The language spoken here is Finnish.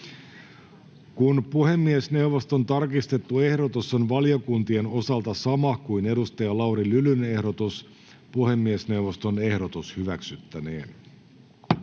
Kun puhemiesneuvoston tarkistettu ehdotus on valiokuntien osalta sama kuin Lauri Lylyn ehdotus, puhemiesneuvoston ehdotus hyväksyttäneen?